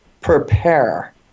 prepare